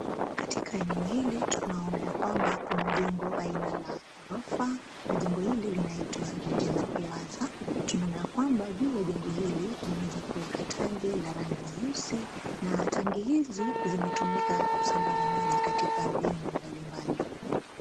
Katika eneo hili tunaona ya kwamba kuna jengo aina la gorofa na jengo hili linaitwa Regina plaza . Tunaona ya kwamba juu ya jengo hili wameweza kweka tangi la rangi nyeusi na tangi hizi zina tumika kusambaza maji katika vyumba mbali mbali.